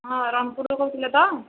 ହଁ ରଣପୁରରୁ କହୁଥିଲେ ତ